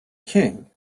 king